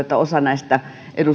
että osa näistä